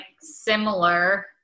similar